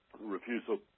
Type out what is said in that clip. refusal